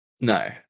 No